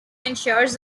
ensures